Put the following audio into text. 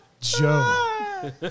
Joe